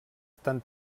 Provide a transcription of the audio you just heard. estan